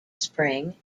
spring